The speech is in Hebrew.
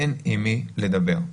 אין עם מי לדבר.